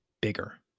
bigger